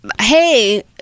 hey